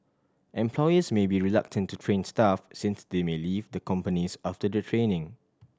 employers may be reluctant to train staff since they may leave the companies after their training